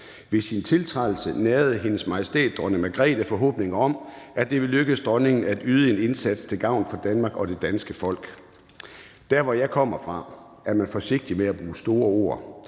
Ved sin tiltrædelse nærede Hendes Majestæt Dronning Margrethe forhåbninger om, at det ville lykkes hende at yde en indsats til gavn for Danmark og det danske folk. Dér, hvor jeg kommer fra, er man forsigtig med at bruge store ord.